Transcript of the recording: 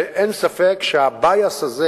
ואין ספק שה-bias הזה,